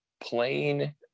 plain